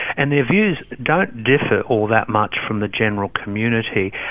and their views don't differ all that much from the general community.